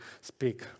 speak